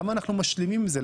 למה אנחנו משלימים עם זה?